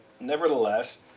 nevertheless